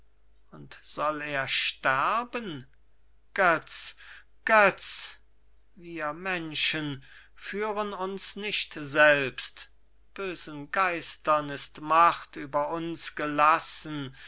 und soll er sterben götz götz wir menschen führen uns nicht selbst bösen geistern ist macht über uns gelassen